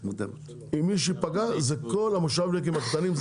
מי שייפגע זה כל המושבניקים הקטנים,